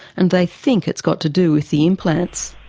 and they think it's got to do with the implants.